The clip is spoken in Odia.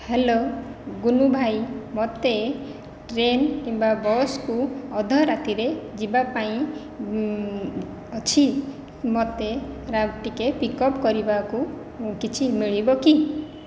ହ୍ୟାଲୋ ଗୁନୁ ଭାଇ ମତେ ଟ୍ରେନ୍ କିମ୍ବା ବସକୁ ଅଧ ରାତିରେ ଯିବା ପାଇଁ ଅଛି ମତେ ଟିକେ ପିକ୍ଅପ କରିବାକୁ କିଛି ମିଳିବ କି